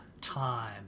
time